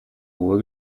hohe